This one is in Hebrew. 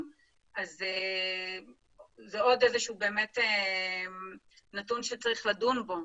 זה עוד נתון שצריך לדון בו.